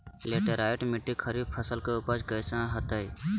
Laterite मिट्टी खरीफ फसल के उपज कईसन हतय?